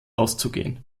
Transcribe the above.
auszugehen